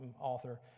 author